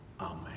amen